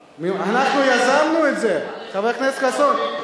אנחנו יזמנו את זה, חבר הכנסת חסון.